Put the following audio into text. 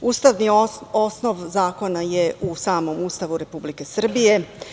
Ustavni osnov zakona je u samom Ustavu Republike Srbije.